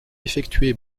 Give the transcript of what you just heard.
effectué